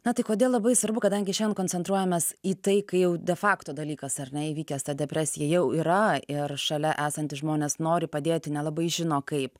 na tai kodėl labai svarbu kadangi šian koncentruojamės į tai kai jau fakto dalykas ar ne įvykęs ta depresija jau yra ir šalia esantys žmonės nori padėti nelabai žino kaip